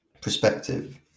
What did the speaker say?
perspective